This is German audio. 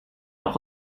auch